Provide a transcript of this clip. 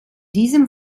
diesem